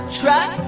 track